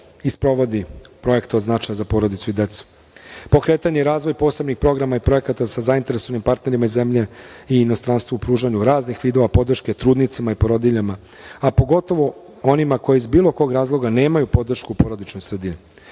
i sprovodi projekat od značaja za porodicu i decu. Pokretanje i razvoj posebnih programa i projekata sa zainteresovanim partnerima ove zemlje i inostranstvu pružanju raznih vidova podrške trudnicama i porodiljama, a pogotovo onima koji iz bilo kog razloga nemaju podršku porodične sredine.